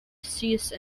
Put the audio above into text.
cease